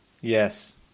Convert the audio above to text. Yes